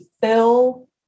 fill